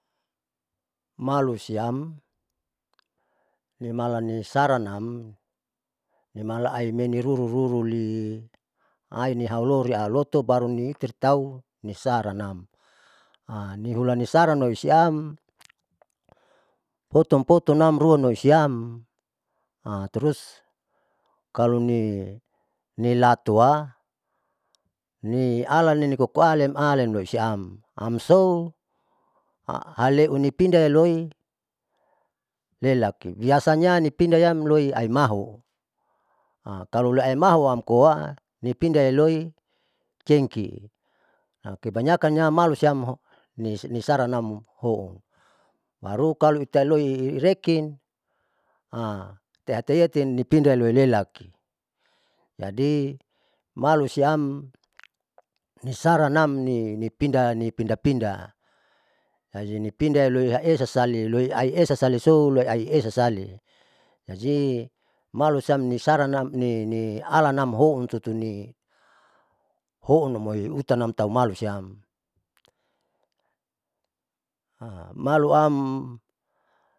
Malu siam nimala nisaranam nimala airmeniruruli aini hauloria loto baru nihaororia loto baruni tau nisaranam, nihula nisaran loisian potun potun nam ruanoisiam terus kaloni nilatua nialanim nikoalan loisiam amso haleunipindah roi lalaki, biasanya nipindaiya loiaumahu talu leaumahu amkoa nipinda iyaloi cengki amkebanyakannam malusiam nisaranam houn baru kalo itailoi rekin teateiati nipinda loilelaki, jadi malusiam nisaranam ni nipinda pinda jadi nipinda loiesa sali loiali esa saliso loiasi esa sali jadi malusiam nisaranam ni alanam hopun tutuni houn amoy hutanam tau malusiam maluam